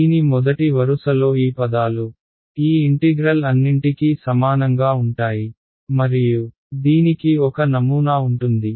దీని మొదటి వరుసలో ఈ పదాలు ఈ ఇంటిగ్రల్ అన్నింటికీ సమానంగా ఉంటాయి మరియు దీనికి ఒక నమూనా ఉంటుంది